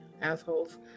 Assholes